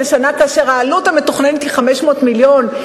לשנה כאשר העלות המתוכננת היא 500 מיליון?